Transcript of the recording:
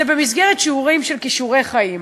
זה במסגרת של "כישורי חיים".